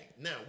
Now